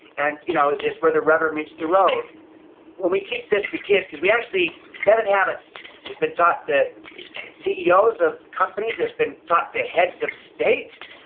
and you know it's where the rubber meets the road when we teach this to kids cause we actually, seven habits has been taught to ceos of companies, has been taught to heads of state,